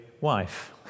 wife